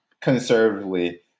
conservatively